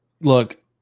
Look